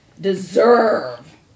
deserve